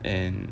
and